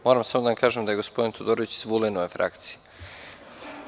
Moram samo da vam kažem da je gospodin Todorović iz Vulinove frakcije.